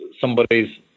somebody's